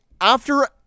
after-